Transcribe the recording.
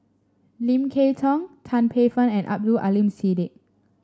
Lim Kay Tong Tan Paey Fern and Abdul Aleem Siddique